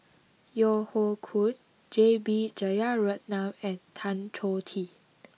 Yeo Hoe Koon J B Jeyaretnam and Tan Choh Tee